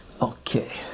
okay